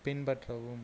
பின்பற்றவும்